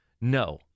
No